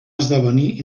esdevenir